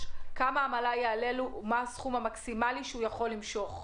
כמה העמלה תעלה לו ומה הסכום המקסימלי שהוא יכול למשוך.